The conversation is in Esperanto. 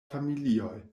familioj